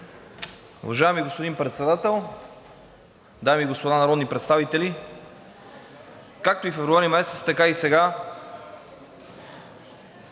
Уважаеми господин Председател, дами и господа народни представители! Както през февруари месец, така и сега